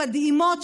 מדהימות,